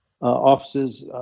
offices